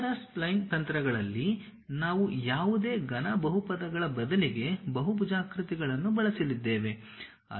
ಆಧಾರ spline ತಂತ್ರಗಳಲ್ಲಿ ನಾವು ಯಾವುದೇ ಘನ ಬಹುಪದಗಳ ಬದಲಿಗೆ ಬಹುಭುಜಾಕೃತಿಗಳನ್ನು ಬಳಸಲಿದ್ದೇವೆ